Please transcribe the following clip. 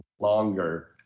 longer